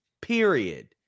period